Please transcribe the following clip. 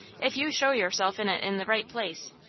if you show yourself in it in the right place.